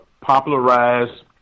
popularized